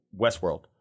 Westworld